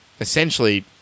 essentially